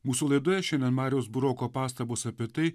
mūsų laidoje šiandien mariaus buroko pastabos apie tai